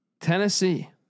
Tennessee